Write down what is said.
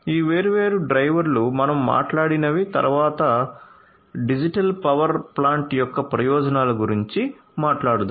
ఈ వేర్వేరు డ్రైవర్లు మనం మాట్లాడినవి మరియు తరువాత డిజిటల్ పవర్ ప్లాంట్ యొక్క ప్రయోజనాల గురించి మాట్లాడుదాం